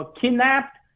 kidnapped